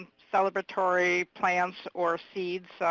celebratory plants or seeds, so